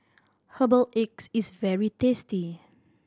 herbal eggs is very tasty